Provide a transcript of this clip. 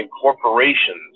corporations